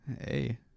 Hey